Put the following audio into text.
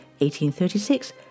1836